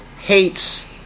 hates